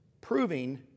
proving